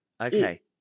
Okay